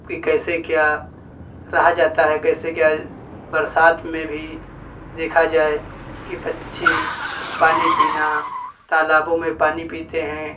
कि कैसे क्या रहा जाता है कैसे क्या बरसात में भी देखा जाए कि पक्षी पानी पीना तालाबों में पानी पीते हैं